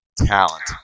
talent